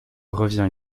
revient